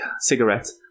cigarettes